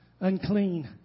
unclean